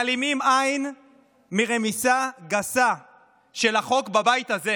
מעלימים עין מרמיסה גסה של החוק בבית הזה.